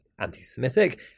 anti-Semitic